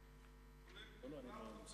הצעת חוק הנזיקים